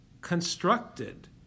constructed